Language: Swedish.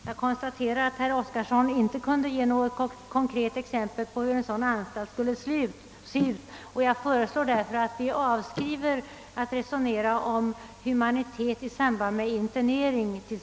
Herr talman! Jag konstaterar att herr Oskarson inte kunde ge något konkret exempel på hur en anstalt av det slag som reservanterna talar om skulle se ut. Jag föreslår därför att vi tills vidare avskriver resonemangen om humanitet i samband med internering.